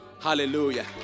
Hallelujah